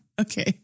Okay